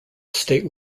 estate